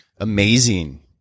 amazing